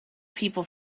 people